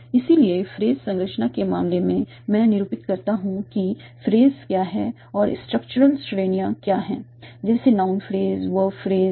इसलिए फ्रेज संरचना के मामले में मैं निरूपित करता हूं कि फ्रेज क्या हैं और स्ट्रक्चरल श्रेणियां क्या हैं जैसे नाउन फ्रेज वर्ब फ्रेज आदि